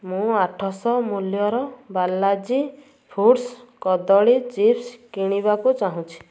ମୁଁ ଆଠଶହ ମୂଲ୍ୟର ବାଲାଜି ଫୁଡ଼୍ସ କଦଳୀ ଚିପ୍ସ କିଣିବାକୁ ଚାହୁଁଛି